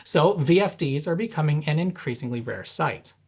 so vfds are becoming an increasingly rare sight.